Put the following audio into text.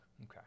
Okay